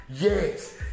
Yes